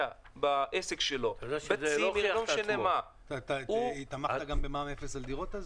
בעסק שלו --- תמכת גם במע"מ אפס על דירות?